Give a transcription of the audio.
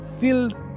filled